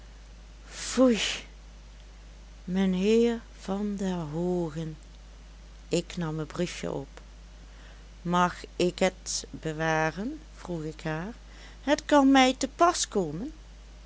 foei mijnheer van der hoogen ik nam het briefjen op mag ik het bewaren vroeg ik haar het kan mij te pas komen